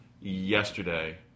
yesterday